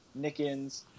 Nickens